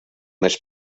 més